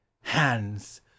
hands